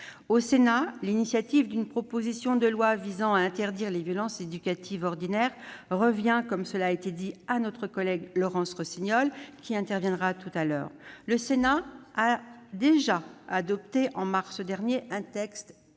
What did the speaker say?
Au Sénat, l'initiative d'une proposition de loi visant à interdire les violences éducatives ordinaires revient à notre collègue Laurence Rossignol, qui interviendra tout à l'heure. Le Sénat a donc déjà adopté en mars dernier un texte